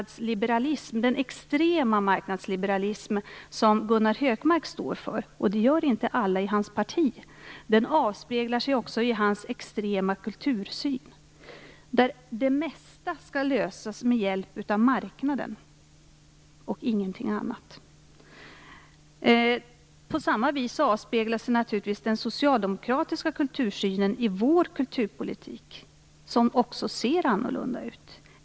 Den extrema marknadsliberalism som Gunnar Hökmark står för - det gör inte alla i hans parti - avspeglar sig också i hans extrema kultursyn, där det mesta skall lösas med hjälp av marknaden och ingenting annat. På samma vis avspeglar sig naturligtvis den socialdemokratiska kultursynen i vår kulturpolitik, som också ser annorlunda ut.